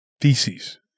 feces